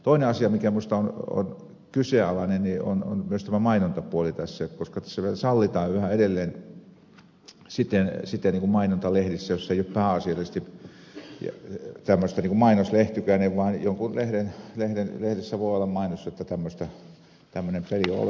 toinen asia mikä minusta on kyseenalainen on myös tämä mainontapuoli tässä koska tässä sitten sallitaan yhä edelleen mainonta lehdissä joissa ei ole pääasiallisesti tämmöistä mainoslehdykäistä vaan lehdessä voi olla mainos että tämmöinen peli on olemassa